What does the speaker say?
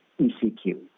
ECQ